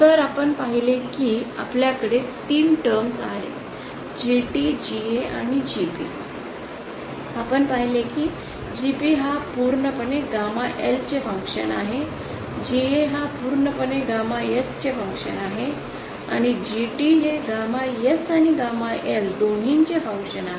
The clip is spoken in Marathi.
तर आपण पाहिले की आपल्याकडे तीन टर्म आहेत GT GA आणि GP आपण पाहिले की GP हा पूर्णपणे गॅमा L चे फंक्शन आहे GA पूर्णपणे गॅमा S चे फंक्शन आहे आणि GT हे गामा S आणि गॅमा L दोन्हीच फंक्शन आहे